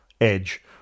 Edge